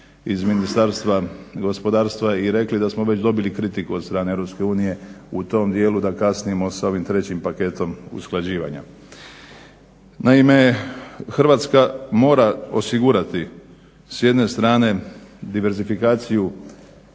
iz Ministarstva gospodarstva i rekli da smo već dobili kritiku od strane Europske unije u tom dijelu da kasnimo sa ovim trećim paketom usklađivanja. Naime, Hrvatska mora osigurati s jedne strane diverizifikaciju